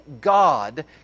God